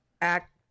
act